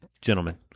gentlemen